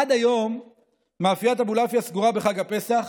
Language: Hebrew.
עד היום מאפיית אבולעפיה סגורה בחג הפסח